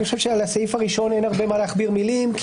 אני חושב שעל הסעיף הראשון אין הרבה מה להכביר מילים,